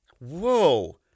Whoa